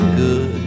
good